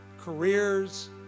careers